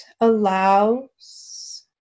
allows